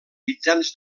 mitjans